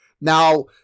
Now